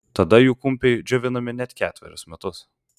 tada jų kumpiai džiovinami net ketverius metus